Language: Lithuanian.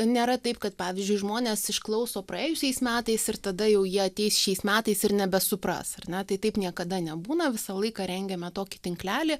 nėra taip kad pavyzdžiui žmonės išklauso praėjusiais metais ir tada jau jie ateis šiais metais ir nebesupras ar ne tai taip niekada nebūna visą laiką rengiame tokį tinklelį